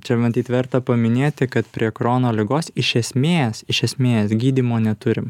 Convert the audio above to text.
čia matyt verta paminėti kad prie krono ligos iš esmės iš esmės gydymo neturim